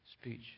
speech